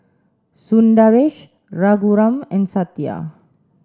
Sundaresh Raghuram and Satya